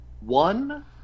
one